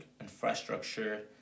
infrastructure